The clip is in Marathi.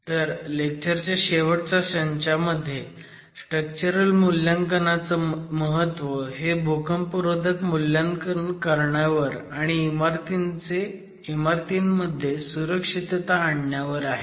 तर लेक्चर च्या शेवटच्या संचामध्ये स्ट्रक्चरल मुल्यांकनाचं महत्व हे भूकंपरोधक मूल्यांकन करण्यावर आणि इमारतींमध्ये सुरक्षितता आणण्यावर आहे